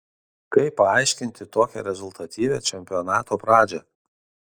kaip paaiškinti tokią rezultatyvią čempionato pradžią